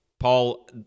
Paul